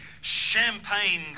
champagne